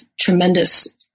tremendous